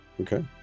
Okay